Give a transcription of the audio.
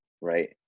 right